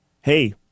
Hey